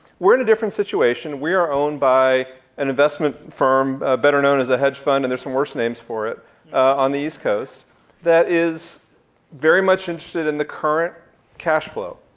we're in a different situation. we're owned by an investment firm better known as a hedge fund, and there's some worse names for it on the east coast that is very much interested in the current cash flow.